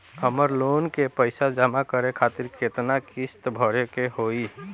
हमर लोन के पइसा जमा करे खातिर केतना किस्त भरे के होई?